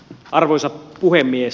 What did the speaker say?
arvoisa puhemies